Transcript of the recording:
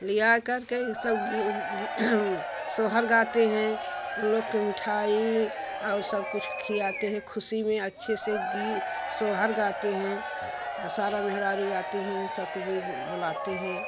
लिया करके ये सब सोहर गाते हैं उन लोग की मिठाई और सब कुछ खियाते हैं खुशी में अच्छे से गी सोहर गाते हैं सारा मेहरारू आती हैं सबको कोई बुलाते हैं